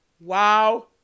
Wow